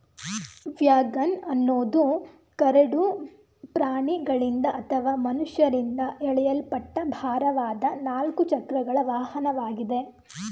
wagon ಅನ್ನೋದು ಕರಡು ಪ್ರಾಣಿಗಳಿಂದ ಅಥವಾ ಮನುಷ್ಯರಿಂದ ಎಳೆಯಲ್ಪಟ್ಟ ಭಾರವಾದ ನಾಲ್ಕು ಚಕ್ರಗಳ ವಾಹನವಾಗಿದೆ